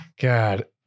god